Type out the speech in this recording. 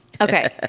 okay